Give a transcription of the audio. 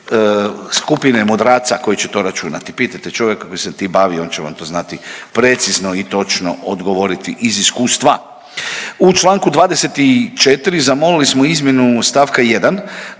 U članku 24. zamolili smo izmjenu stavka 1.